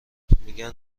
میگن